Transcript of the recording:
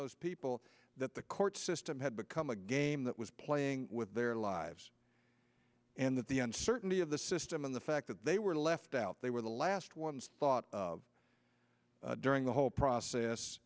those people that the court system had become a game that was playing with their lives and that the uncertainty of the system and the fact that they were left out they were the last ones thought during the whole process